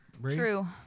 True